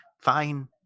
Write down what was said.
Fine